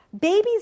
Babies